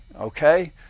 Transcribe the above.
Okay